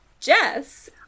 Jess